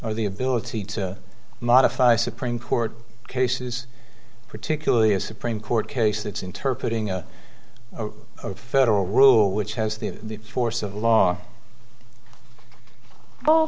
or the ability to modify supreme court cases particularly a supreme court case that's interpret ing a federal rule which has the force of law